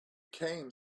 came